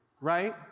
Right